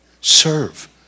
Serve